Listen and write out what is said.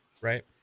right